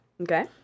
Okay